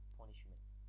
punishment